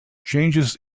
changes